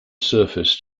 surface